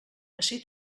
ací